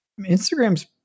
instagram's